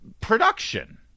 production